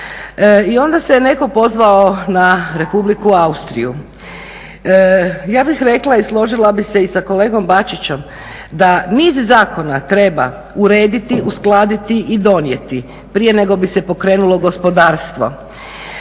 I onda se je neko pozvao na Republike Austriju, ja bih rekla i složila bih se i sa kolegom Bačićem, da niz zakona treba urediti, uskladiti i donijeti prije nego bi se pokrenulo gospodarstvo.